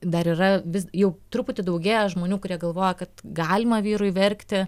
dar yra vis jau truputį daugėja žmonių kurie galvoja kad galima vyrui verkti